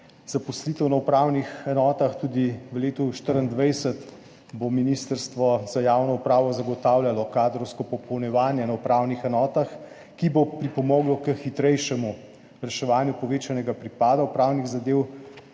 zaposlitev na upravnih enotah, tudi v letu 2024 bo Ministrstvo za javno upravo zagotavljalo kadrovsko popolnjevanje na upravnih enotah, ki bo pripomoglo k hitrejšemu reševanju povečanega pripada upravnih zadev